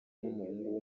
n’umuhungu